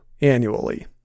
annually